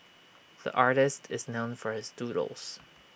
the artist is known for his doodles